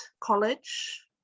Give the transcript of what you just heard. college